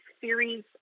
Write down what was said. series